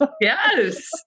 Yes